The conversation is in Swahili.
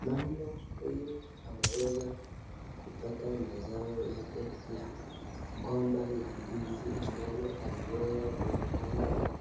Mama huyu ameweza kupata mazao yake la gomba la ndizi ambalo aliweza kuipanda na